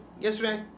yesterday